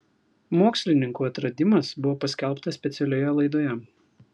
mokslininkų atradimas buvo paskelbtas specialioje laidoje